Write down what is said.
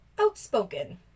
outspoken